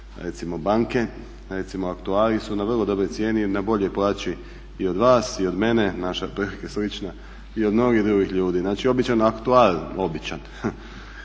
recimo banke. Recimo … su na vrlo dobroj cijeni je na boljoj plaći od vas i od mene, naša otprilike slična i od mnogih drugih ljudi. Znači običan …, običan